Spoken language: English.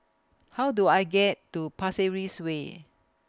How Do I get to Pasir Ris Way